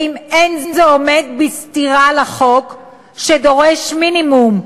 האם אין זה עומד בסתירה לחוק שדורש מינימום,